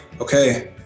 okay